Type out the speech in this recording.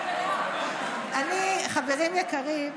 חברים יקרים,